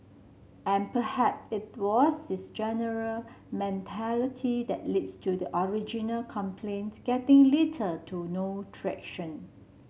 and it was this general mentality that leads to the original complaints getting litter to no traction